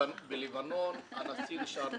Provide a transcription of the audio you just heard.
בלבנון הנשיא נשאר נשיא.